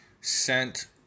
sent